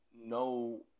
no